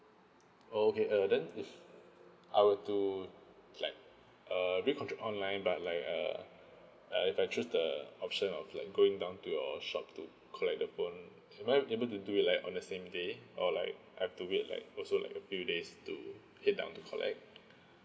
oh okay uh then if I will to it's like err recontract online but like err like if I choose the option of like going down to your shop to collect the phone am I able to do it like on the same day or like I've to wait like also like a few days to head down to collect